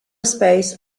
space